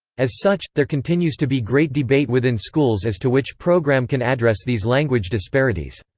as such, there continues to be great debate within schools as to which program can address these language disparities.